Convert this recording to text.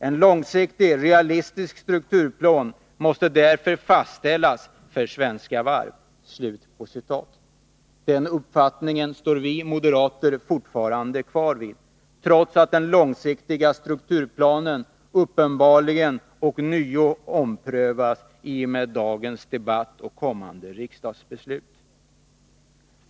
En långsiktig realistisk strukturplan måste därför fastställas för Svenska Varv.” Den uppfattningen står vi moderater fortfarande kvar vid, trots att den långsiktiga strukturplanen uppenbarligen ånyo omprövas i och med dagens debatt och kommande riksdagsbeslut.